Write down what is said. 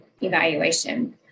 evaluation